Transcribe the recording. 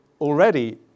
already